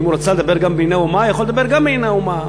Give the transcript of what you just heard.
אם הוא רצה לדבר גם ב"בנייני האומה" הוא יכול לדבר גם ב"בנייני האומה".